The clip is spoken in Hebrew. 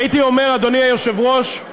הייתי אומר, אדוני היושב-ראש,